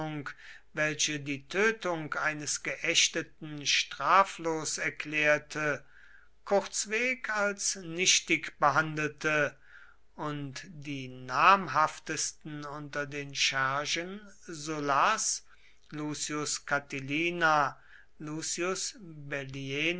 welche die tötung eines geächteten straflos erklärte kurzweg als nichtig behandelte und die namhaftesten unter den schergen sullas lucius